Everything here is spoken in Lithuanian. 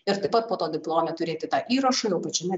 ir taip pat po to diplome turėti tą įrašą jau pačiame